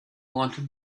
wanted